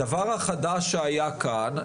הדבר החדש שהיה כאן,